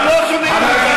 לא לבוא לפה לדבר,